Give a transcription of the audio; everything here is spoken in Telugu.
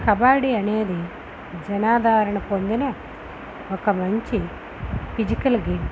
కబడ్డీ అనేది జనాధారణ పొందిన ఒక మంచి ఫిజికల్ గేమ్